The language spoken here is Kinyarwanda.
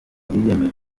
biyemeje